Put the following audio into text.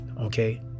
okay